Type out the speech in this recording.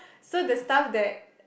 so the stuff that